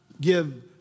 give